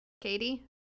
Katie